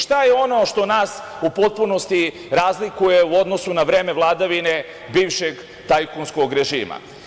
Šta je ono što nas u potpunosti razlikuje u odnosu na vreme vladavine bivšeg tajkunskog režima?